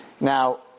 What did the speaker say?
Now